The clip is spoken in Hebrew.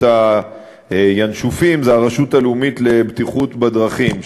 ה"ינשופים" זה הרשות הלאומית לבטיחות בדרכים,